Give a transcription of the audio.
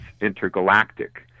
intergalactic